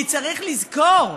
כי צריך לזכור,